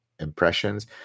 impressions